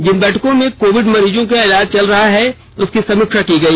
जिन अस्पतालों में कोविड मरीजों का इलाज चल रहा है उसकी समीक्षा की गई